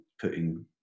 putting